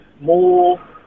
more